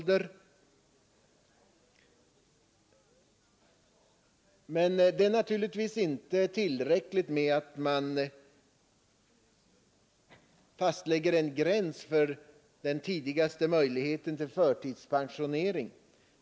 Det är naturligtvis inte tillräckligt att fastlägga en gräns för när man tidigast kan få förtidspension.